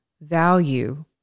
value